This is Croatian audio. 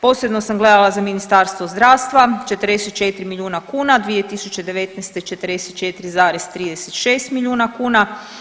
Posebno sam gledala za Ministarstvo zdravstva 44 milijuna kuna 2019. 44,36 milijuna kuna.